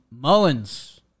Mullins